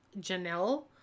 Janelle